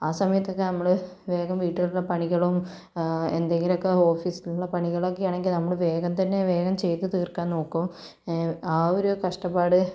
ആ സമയത്തൊക്കെ നമ്മള് വേഗം വീട്ടിലേക്കുള്ള പണികളും എന്തെങ്കിലുമൊക്കെ ഓഫീസില് നിന്നുള്ള പണികളൊക്കെയാണെങ്കിൽ നമ്മള് വേഗം തന്നെ വേഗം ചെയ്തു തീർക്കാൻ നോക്കും ആ ഒരു കഷ്ടപ്പാട്